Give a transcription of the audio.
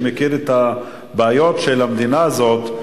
שמכיר את הבעיות של המדינה הזאת.